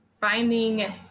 finding